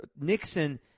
Nixon